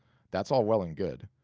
that's all well and good,